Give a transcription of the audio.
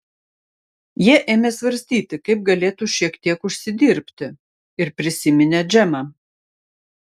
jie ėmė svarstyti kaip galėtų šiek tiek užsidirbti ir prisiminė džemą